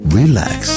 relax